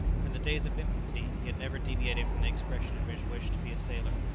from the days of infancy he had never deviated from the expression of his wish to be a sailor,